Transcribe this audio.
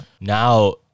Now